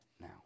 now